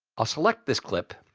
ah select this clip.